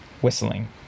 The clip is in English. whistling